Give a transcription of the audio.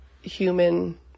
human